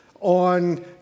on